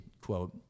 quote